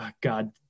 God